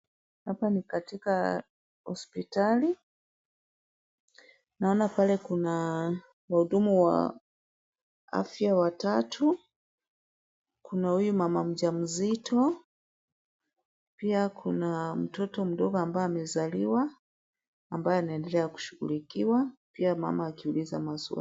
Hapa ni katika hospitali, naona pale kuna wahudumu wa afya watatu, kuna huyu mama mja mzito, pia kuna mtoto mdogo ambaye amezaliwa, ambaye anaendelea kushughulikwa pia mama akiulizwa maswali.